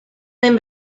den